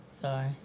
Sorry